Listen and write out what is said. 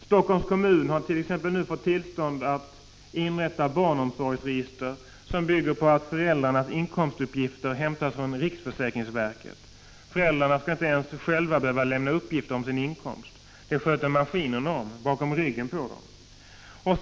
Helsingforss kommun har t.ex. nu fått tillstånd att inrätta barnomsorgsregister som bygger på att föräldrarnas inkomstuppgifter hämtas från riksförsäkringsverket. Föräldrarna skall inte ens själva behöva lämna uppgift om sin inkomst. Det sköter maskinerna om, bakom ryggen på föräldrarna.